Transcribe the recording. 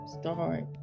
start